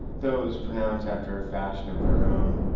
though it was pronounced after a fashion of their own.